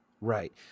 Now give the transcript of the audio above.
right